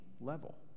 level